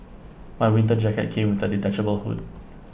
my winter jacket came with A detachable hood